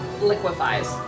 liquefies